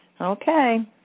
Okay